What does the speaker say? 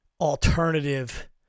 alternative